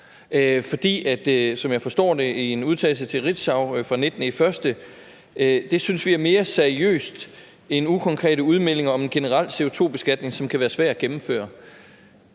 forstår jeg det, hun siger i en udtalelse til Ritzau fra den 19. januar: »Det synes vi, er mere seriøst end ukonkrete udmeldinger om en generel CO2-beskatning, som kan være svær at gennemføre«.